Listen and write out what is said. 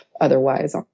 otherwise